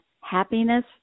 happiness